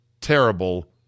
terrible